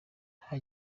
nta